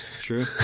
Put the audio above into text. true